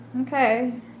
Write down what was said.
Okay